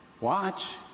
watch